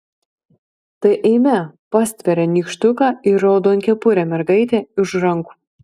tai eime pastveria nykštuką ir raudonkepurę mergaitę už rankų